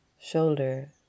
shoulder